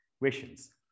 questions